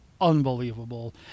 unbelievable